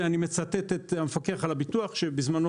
אני מצטט את המפקח על הביטוח שקבע בזמנו